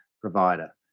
provider